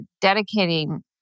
dedicating